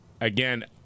Again